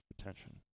attention